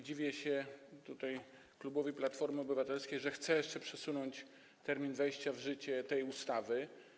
Dziwię się klubowi Platformy Obywatelskiej, że chce jeszcze przesunąć termin wejścia w życie tej ustawy.